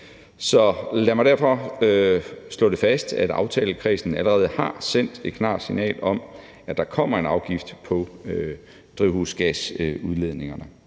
Lad mig derfor slå fast, at aftalekredsen allerede har sendt et klart signal om, at der kommer en afgift på drivhusgasudledningerne.